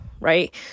Right